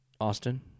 Austin